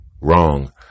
Wrong